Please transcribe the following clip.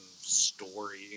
story